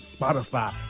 Spotify